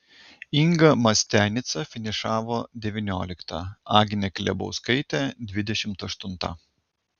inga mastianica finišavo devyniolikta agnė klebauskaitė dvidešimt aštunta